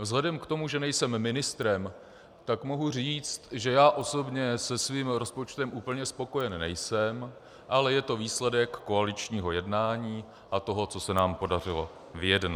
Vzhledem k tomu, že nejsem ministrem, tak mohu říct, že já osobně se svým rozpočtem úplně spokojen nejsem, ale je to výsledek koaličního jednání a toho, co se nám podařilo vyjednat.